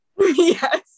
yes